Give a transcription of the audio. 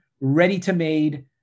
ready-to-made